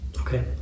Okay